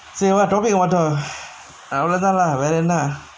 say வா:vaa topic க மாத்து அவ்ளோதா வேற என்னா:ga maathu avalothaa vera ennaa